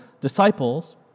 disciples